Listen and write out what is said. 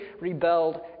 rebelled